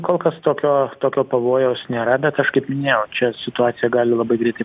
kol kas tokio tokio pavojaus nėra bet aš kaip minėjau čia situacija gali labai greitai